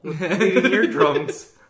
eardrums